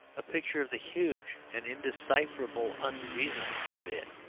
a picture of the huge and undecipherable unreason of it.